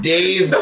Dave